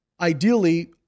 ideally